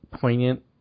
poignant